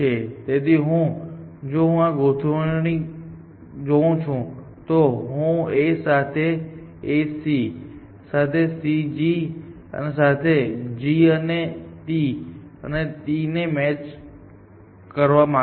તેથી જો હું આ ગોઠવણી જોઉં તો હું A સાથે A C સાથે C G સાથે G અને T સાથે T મેચ કરવા માંગુ છું